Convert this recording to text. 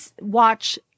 watch